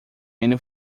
many